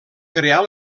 crear